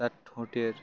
তার ঠোঁটের